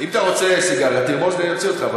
אם אתה רוצה סיגריה, תרמוז לי, אני אוציא אותך.